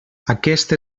aquest